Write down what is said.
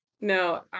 No